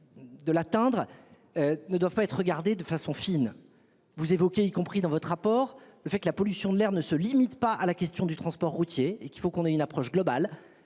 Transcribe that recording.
De l'atteindre. Ne doivent pas être regardée de façon fine vous évoquiez y compris dans votre rapport avec la pollution de l'air ne se limite pas à la question du transport routier et qu'il faut qu'on ait une approche globale.